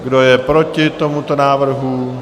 Kdo je proti tomuto návrhu?